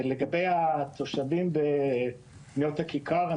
לגבי התושבים בנאות הכיכר,